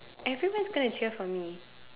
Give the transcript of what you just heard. everyone is gonna cheer for me